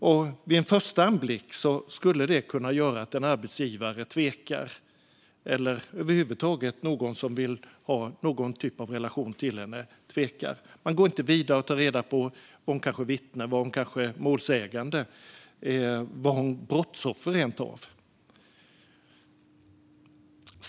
Vid en första anblick skulle det kunna göra att en arbetsgivare tvekar eller att någon som över huvud taget vill ha en relation till henne tvekar. Man går inte vidare och tar reda på om hon kanske var vittne, målsägande eller rent av brottsoffer.